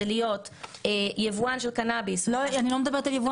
להיות יבואן של קנאביס --- אני לא מדברת על יבוא.